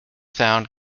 found